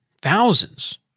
thousands